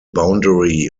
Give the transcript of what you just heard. boundary